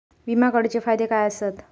विमा काढूचे फायदे काय आसत?